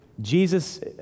Jesus